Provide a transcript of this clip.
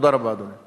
תודה רבה, אדוני.